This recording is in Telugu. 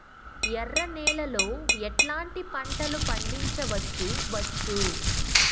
ఎర్ర నేలలో ఎట్లాంటి పంట లు పండించవచ్చు వచ్చు?